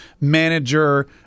manager